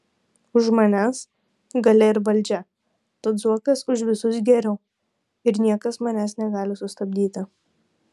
už manęs galia ir valdžia tad zuokas už visus geriau ir niekas manęs negali sustabdyti